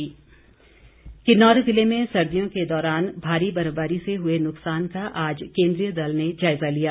केंद्रीय दल किन्नौर जिले में सर्दियों के दौरान भारी बर्फबारी से हुए नुक्सान का आज केंद्रीय दल ने जायजा लिया